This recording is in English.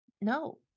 no